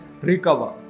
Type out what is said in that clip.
recover